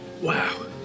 Wow